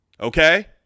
Okay